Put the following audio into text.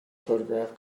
photograph